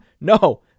No